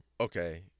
okay